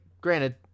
granted